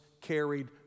carried